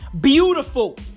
Beautiful